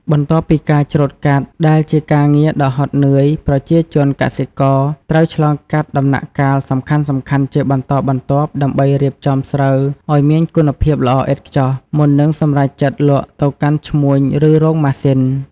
បន្ទាប់ពីការច្រូតកាត់ ដែលជាការងារដ៏ហត់នឿយ ប្រជាជនកសិករ ត្រូវឆ្លងកាត់ដំណាក់កាលសំខាន់ៗជាបន្តបន្ទាប់ ដើម្បីរៀបចំស្រូវឲ្យមានគុណភាពល្អឥតខ្ចោះ មុននឹងសម្រេចចិត្តលក់ទៅកាន់ឈ្មួញ ឬរោងម៉ាស៊ីន។